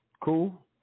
Cool